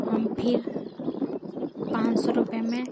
हम फिर पाँच सौ रुपये में